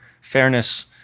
fairness